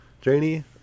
Janie